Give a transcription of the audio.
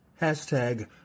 Hashtag